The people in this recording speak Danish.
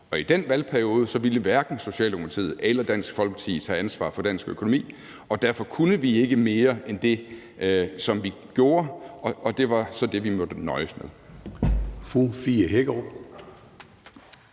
Og i den valgperiode ville hverken Socialdemokratiet eller Dansk Folkeparti tage ansvar for dansk økonomi, og derfor kunne vi ikke mere end det, som vi gjorde, og det var så det, vi måtte nøjes med.